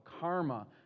karma